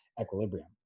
equilibrium